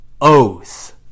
oath